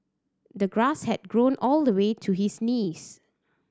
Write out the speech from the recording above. the grass had grown all the way to his knees